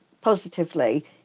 positively